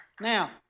Now